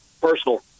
Personal